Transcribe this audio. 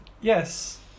Yes